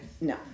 no